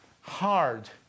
Hard